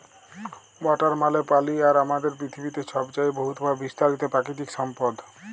water মালে পালি আর আমাদের পিথিবীতে ছবচাঁয়ে বহুতভাবে বিস্তারিত পাকিতিক সম্পদ